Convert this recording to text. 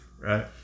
right